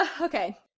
okay